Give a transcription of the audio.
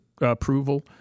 approval